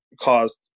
caused